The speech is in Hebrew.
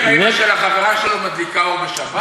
אם האימא של החברה שלו מדליקה אור בשבת?